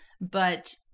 but-